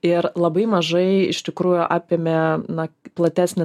ir labai mažai iš tikrųjų apėmė na platesnį